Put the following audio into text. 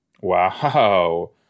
Wow